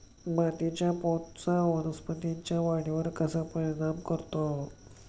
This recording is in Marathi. मातीच्या पोतचा वनस्पतींच्या वाढीवर कसा परिणाम करतो?